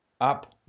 up